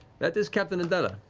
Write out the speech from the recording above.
that is captain adella.